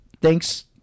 thanks